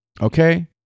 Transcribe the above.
okay